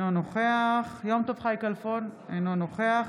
אינו נוכח יום טוב חי כלפון, אינו נוכח